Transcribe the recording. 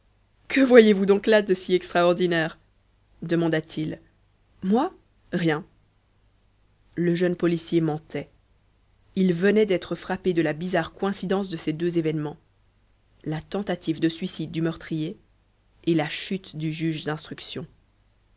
que voyez-vous donc là de si extraordinaire demanda-t-il moi rien le jeune policier mentait il venait d'être frappé de la bizarre coïncidence de ces deux événements la tentative de suicide du meurtrier et la chute du juge d'instruction